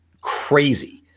crazy